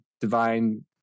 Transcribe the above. divine